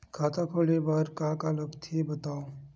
खाता खोले बार का का लगथे बतावव?